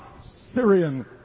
syrian